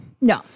No